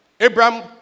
Abraham